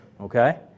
Okay